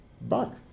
back